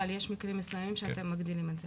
אבל יש מקרים מסוימים שאתם מגדילים את זה.